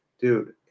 dude